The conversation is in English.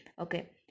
okay